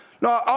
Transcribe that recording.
No